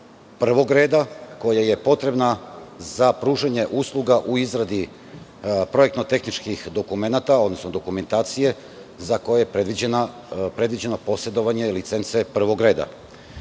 prvog reda koja je potrebna za pružanje usluga u izradi projektno tehničkih dokumenata, odnosno dokumentacije za koje je predviđeno posedovanje licence prvog reda. Na